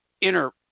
inner